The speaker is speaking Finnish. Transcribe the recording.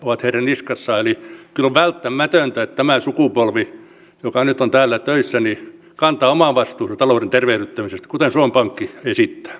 eli kyllä on välttämätöntä että tämä sukupolvi joka nyt on täällä töissä kantaa oman vastuunsa talouden tervehdyttämisestä kuten suomen pankki esittää